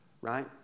right